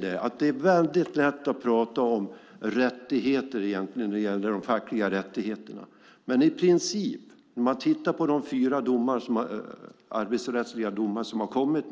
Det är väldigt lätt att prata om de fackliga rättigheterna. Men de fyra arbetsrättsliga domar som har kommit